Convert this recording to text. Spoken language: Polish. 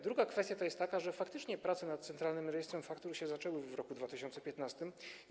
Druga kwestia jest taka, że faktycznie prace nad Centralnym Rejestrem Faktur zaczęły się w roku 2015.